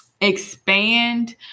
expand